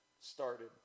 started